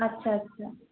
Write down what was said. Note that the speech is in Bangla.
আচ্ছা আচ্ছা